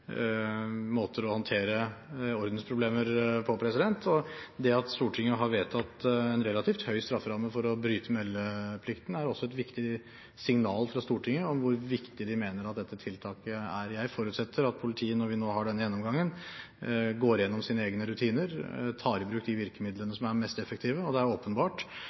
måter å håndtere ordensproblemer på, og det at Stortinget har vedtatt en relativt høy strafferamme for å bryte meldeplikten, er også et viktig signal om hvor viktig vi mener at dette tiltaket er. Jeg forutsetter at politiet, når de nå har denne gjennomgangen, går igjennom sine egne rutiner og tar i bruk de virkemidlene som er mest effektive. Det er åpenbart